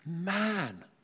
man